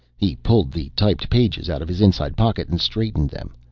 he pulled the typed pages out of his inside pocket and straightened them.